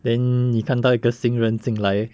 then 你看到一个新人进来